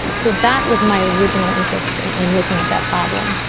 so that was my original interest and in looking at that problem.